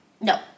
No